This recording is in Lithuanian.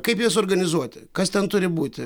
kaip jas suorganizuoti kas ten turi būti